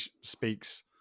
speaks